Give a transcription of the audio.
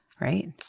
right